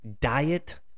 Diet